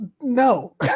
No